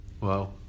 Wow